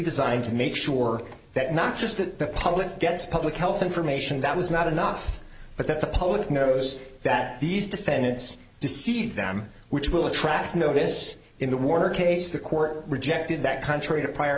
designed to make sure that not just the public gets public health information that was not enough but that the public knows that these defendants deceive them which will attract notice in the warner case the court rejected that contrary to prior